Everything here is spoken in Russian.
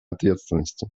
ответственности